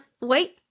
wait